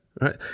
right